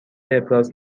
ابراز